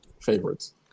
favorites